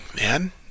man